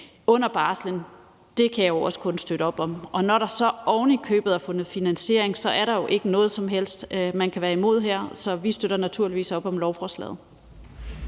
under barslen. Det kan jeg jo også kun støtte op om. Og når der så ovenikøbet er fundet finansiering, er der jo ikke noget som helst, man kan være imod her, så vi støtter naturligvis op om lovforslaget.